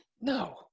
No